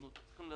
אנחנו צריכים,